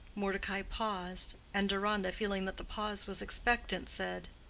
mordecai paused, and deronda, feeling that the pause was expectant, said,